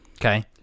Okay